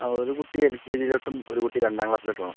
ആ ഒരുകുട്ടി എൽ കെ ജീലോട്ടും ഒരുകുട്ടി രണ്ടാംക്ലാസ്സിലോട്ടുമാണ്